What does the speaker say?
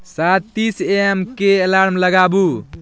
सात तीस A M के अलार्म लगाबू